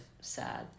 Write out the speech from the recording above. sad